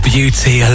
beauty